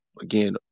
again